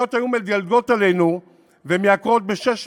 אוניות היו מדלגות עלינו ומייקרות ב-600